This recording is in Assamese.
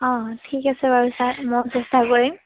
অঁ ঠিক আছে বাৰু ছাৰ মই চেষ্টা কৰিম